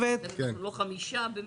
אחרת אנחנו גם לא חמישה במשפחה.